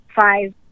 five